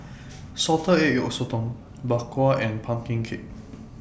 Salted Egg Yolk Sotong Bak Kwa and Pumpkin Cake